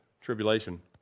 tribulation